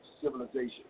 civilization